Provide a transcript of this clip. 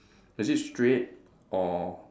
is it straight or